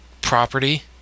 property